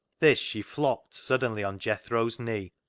this she flopped suddenly on jethro's knee,